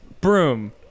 broom